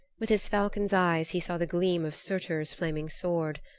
with his falcon's eyes he saw the gleam of surtur's flaming sword.